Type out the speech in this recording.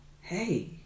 Hey